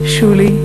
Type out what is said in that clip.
שולי,